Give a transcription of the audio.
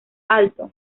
alto